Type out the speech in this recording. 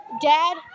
dad